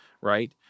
right